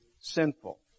sinful